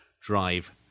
drive